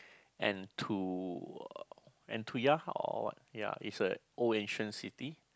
and to uh Antuya or what ya it's a old ancient city